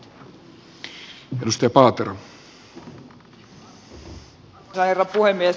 arvoisa herra puhemies